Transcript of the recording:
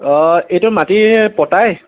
অঁ এইটো মাটি পট্টাই